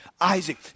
Isaac